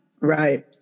right